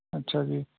ਅੱਛਾ ਜੀ